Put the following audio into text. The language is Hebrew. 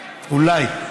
אולי.